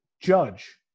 Judge